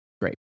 great